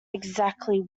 exactly